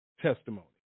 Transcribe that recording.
testimony